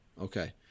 Okay